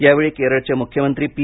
या वेळी केरळचे मुख्यमंत्री पी